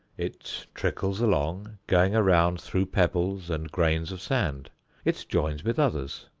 it trickles along, going around through pebbles and grains of sand it joins with others,